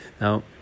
Now